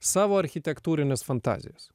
savo architektūrines fantazijas